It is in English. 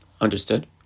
Understood